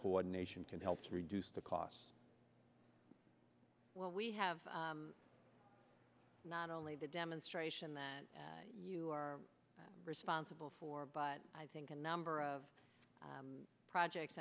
coordination can help to reduce the cost well we have not only the demonstration that you are responsible for but i think a number of project